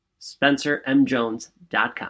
spencermjones.com